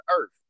earth